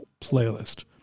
playlist